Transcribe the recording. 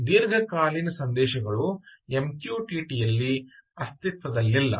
ಆದ್ದರಿಂದ ದೀರ್ಘಕಾಲೀನ ಸಂದೇಶಗಳು MQTT ನಲ್ಲಿ ಅಸ್ತಿತ್ವದಲ್ಲಿಲ್ಲ